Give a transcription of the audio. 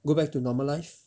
go back to normal life